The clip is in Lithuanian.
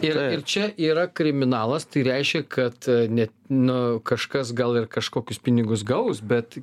ir ir čia yra kriminalas tai reiškia kad ne nu kažkas gal ir kažkokius pinigus gaus bet